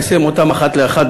יישם אותן אחת לאחת,